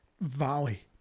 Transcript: valley